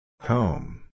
Home